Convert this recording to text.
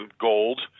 gold